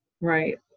Right